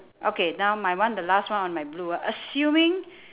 okay now my one the last one on my blue ah assuming